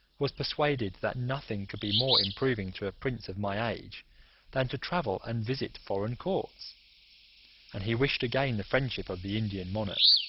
was persuaded, that nothing could be more improving to a prince of my age than to travel and visit foreign courts and he wished to gain the friendship of the indian monarch.